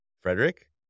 Frederick